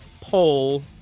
poll